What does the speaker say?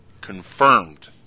Confirmed